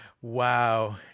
Wow